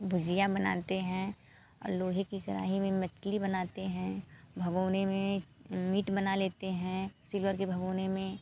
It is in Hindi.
भुजिया बनाते हैं लोहे की कराही में मछली बनाते हैं भगौना में मीट बना लेते हैं सिल्वर के भगौने में